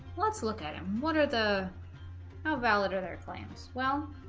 let's look at him what are the ah valid or their claims well